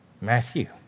Matthew